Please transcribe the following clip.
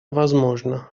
возможно